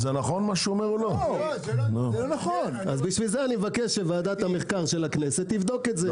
לכן אני מבקש שמרכז המחקר של הכנסת יבדוק את זה.